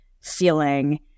feeling